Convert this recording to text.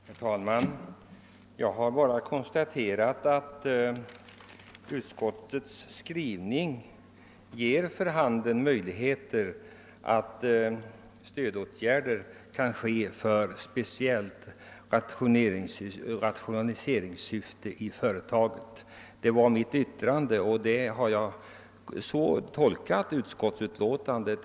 Herr talman! Jag har bara konstate rat att utskottets skrivning ger vid handen att stödåtgärder kan vidtas för rationalisering inom företagen. Så har jag tolkat utskotisutlåtandet.